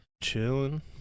chilling